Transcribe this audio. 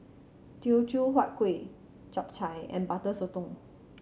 Teochew Huat Kueh Chap Chai and Butter Sotong